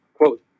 Quote